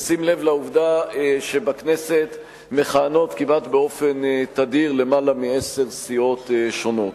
בשים לב לעובדה שבכנסת מכהנות כמעט באופן תדיר למעלה מעשר סיעות שונות.